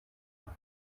aho